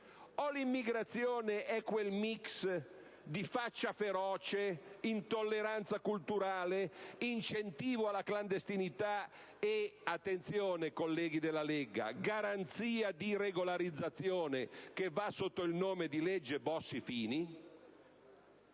o l'immigrazione è quel *mix* di faccia feroce, intolleranza culturale, incentivo alla clandestinità e - attenzione, colleghi della Lega - garanzia di regolarizzazione, che va sotto il nome di legge Bossi-Fini?